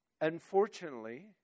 unfortunately